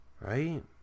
Right